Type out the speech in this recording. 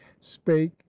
spake